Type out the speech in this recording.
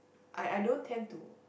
I I don't tend to